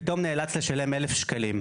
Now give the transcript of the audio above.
פתאום נאלץ לשלם 1,000 שקלים.